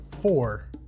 four